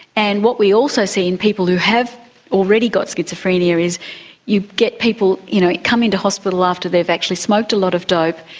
and what we also see in people who have already got schizophrenia is you get people who you know come into hospital after they've actually smoked a lot of dope,